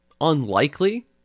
unlikely